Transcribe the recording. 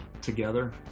together